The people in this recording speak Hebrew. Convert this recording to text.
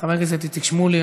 חבר הכנסת איציק שמולי.